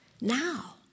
now